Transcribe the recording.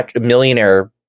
millionaire